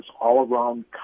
all-around